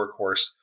workhorse